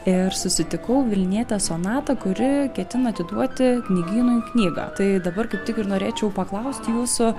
ir susitikau vilnietę sonatą kuri ketina atiduoti knygynui knygą tai dabar kaip tik ir norėčiau paklausti jūsų